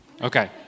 Okay